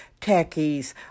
techies